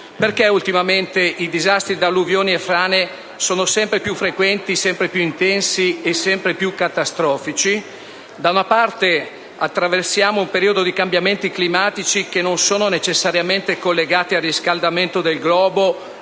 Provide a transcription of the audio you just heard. Perché ultimamente i disastri da alluvioni e frane sono sempre più frequenti, sempre più intensi e sempre più catastrofici? Da una parte attraversiamo un periodo di cambiamenti climatici, che non sono necessariamente collegati al riscaldamento del globo